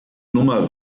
nummer